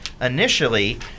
initially